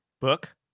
book